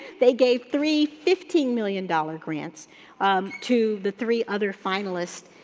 they gave three fifteen million dollar grants um to the three other finalists.